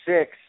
six